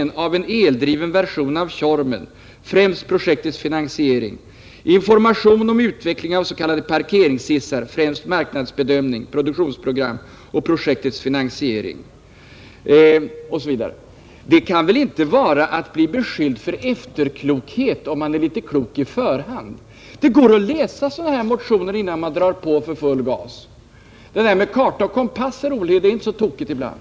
Det går att läsa sådana här motioner innan man drar på för full gas. Det där med karta och kompass, herr Olhede, är inte så tokigt ibland.